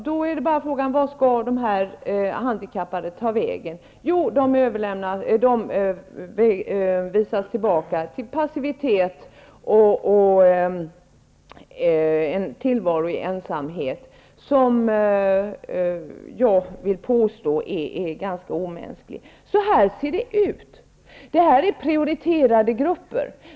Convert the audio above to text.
Då är frågan: Vart skall dessa handikappade ta vägen? Jo, de visas tillbaka till passivitet och en tillvaro i ensamhet som jag vill påstå är ganska omänsklig. Så ser det ut. Det här är prioriterade grupper.